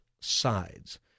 sides